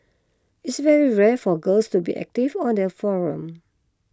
it's very rare for girls to be active on their forum